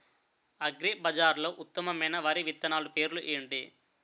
అగ్రిబజార్లో ఉత్తమమైన వరి విత్తనాలు పేర్లు ఏంటి?